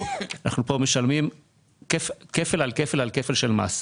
אנחנו משלמים כפל על כפל על כפל של מס.